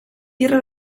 tierra